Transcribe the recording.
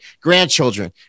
grandchildren